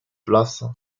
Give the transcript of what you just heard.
place